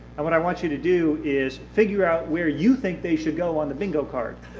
and what i want you to do is figure out where you think they should go on the bingo card.